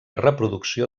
reproducció